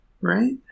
right